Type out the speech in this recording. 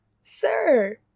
Sir